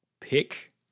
Pick